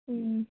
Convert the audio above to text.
अँ